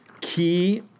key